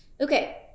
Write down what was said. Okay